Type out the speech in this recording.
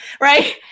right